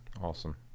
awesome